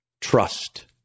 trust